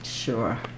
Sure